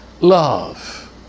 love